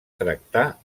tractar